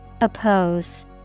Oppose